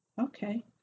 Okay